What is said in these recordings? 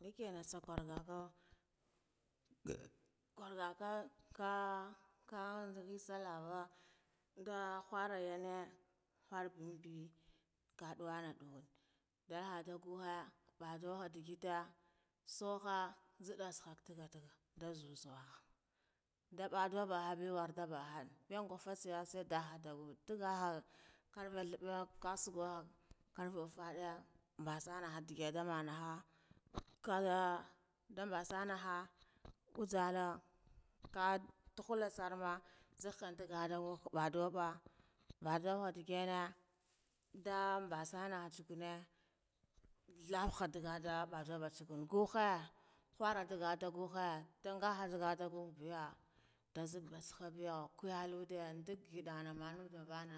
kargakwu kwargaka khah khah nzigi tsorava ndah khara yanne kharbunbe kaduwa dune, dalhada guhe baduha digite sugha nzidde sah tagha tagha ndazu saha nda ndabadu habiba da bakar mingo fatsaya ndaga ha karfe nlhabbe sah suha karfe uffade nbasana nde getama anha khah tsunaha utsalla khoh tuhulla sarma ngid baduba baduha ndigina ndu bansaha natsagune, thabkhu isugungughe khura nda dalge ngughen tangha ngughe biya dah nzide fatsukabe nkaya ludde ngidana mumu mana ngidan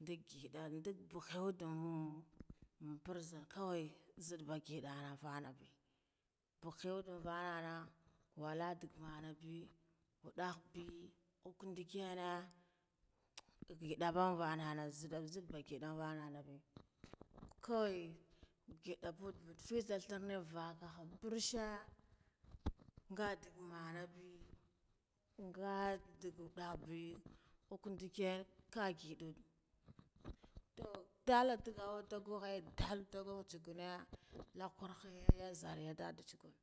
ndakh khaywden an farzin kawai nzida ba ngidina fanabi, ndiga ya nvuna nah walla dug mana be waddah be ndikiyana ngidaban vannan nzida be kwai, gida budde ndu threa nebe ourshe ngadag manabe ngad wuddehe be kakandiki ngidy, toh ndata ganta gughi ndaltaga watsaguna na kurha